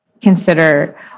consider